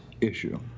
issue